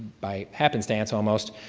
by happenstance almost,